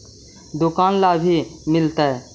दुकान ला भी मिलहै?